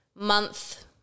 month